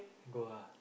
go ah